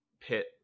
Pit